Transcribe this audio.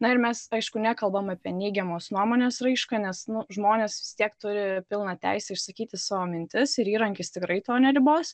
na ir mes aišku nekalbam apie neigiamos nuomonės raišką nes nu žmonės vis tiek turi pilną teisę išsakyti savo mintis ir įrankis tikrai to neribos